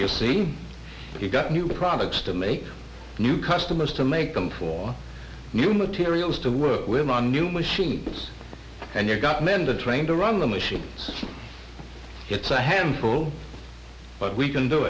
you see he got new products to make new customers to make them for new materials to work with on new machines and they're got men to train to run the machines it's a handful but we can do